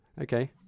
Okay